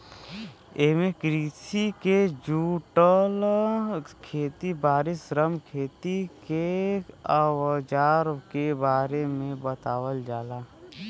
एमे कृषि के जुड़ल खेत बारी, श्रम, खेती के अवजार के बारे में बतावल जाला